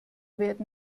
werden